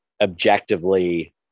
objectively